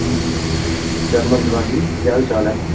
चरण बंदना जी केह् हाल चाल ऐ